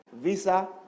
visa